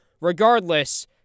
Regardless